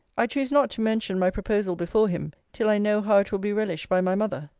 i choose not to mention my proposal before him, till i know how it will be relished by my mother.